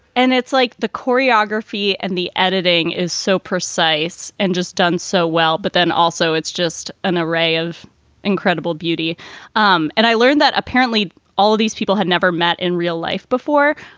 and it's like the choreography and the editing is so precise and just done so well. but then also it's just an array of incredible beauty um and i learned that apparently all of these people had never met in real life before.